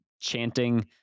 chanting